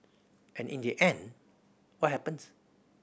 and in the end what happens